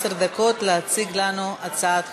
עשר דקות, להציג לנו את הצעת החוק.